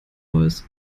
voice